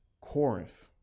Corinth